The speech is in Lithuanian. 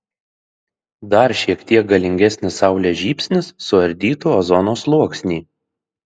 dar šiek tiek galingesnis saulės žybsnis suardytų ozono sluoksnį